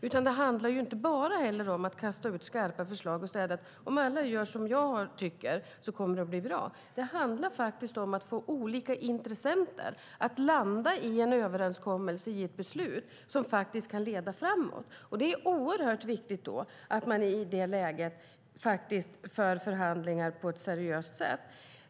Det handlar heller inte bara om att kasta ut skarpa förslag och säga: Om alla gör som jag tycker kommer det att bli bra! Det handlar faktiskt om att få olika intressenter att landa i en överenskommelse och ett beslut som kan leda framåt. Det är oerhört viktigt att man i det läget för förhandlingar på ett seriöst sätt.